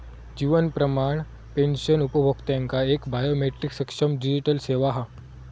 जीवन प्रमाण पेंशन उपभोक्त्यांका एक बायोमेट्रीक सक्षम डिजीटल सेवा हा